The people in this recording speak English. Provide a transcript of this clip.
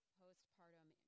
postpartum